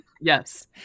yes